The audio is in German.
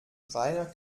reiner